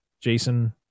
Jason